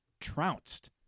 trounced